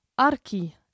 ARKI